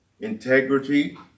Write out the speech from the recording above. Integrity